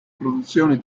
produzioni